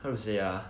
how to say ah